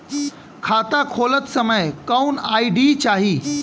खाता खोलत समय कौन आई.डी चाही?